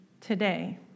today